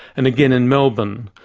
and again, in melbourne,